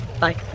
Bye